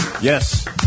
Yes